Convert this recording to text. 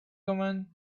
common